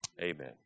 amen